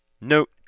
Note